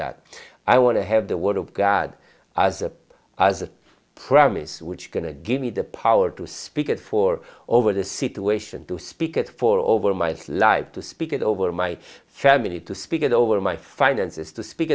that i want to have the word of god as a as a promise which going to give me the power to speak it for over the situation to speak it for over my life to speak it over my family to speak it over my finances to speak